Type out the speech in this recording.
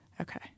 okay